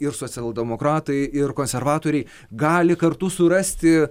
ir socialdemokratai ir konservatoriai gali kartu surasti